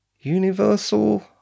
Universal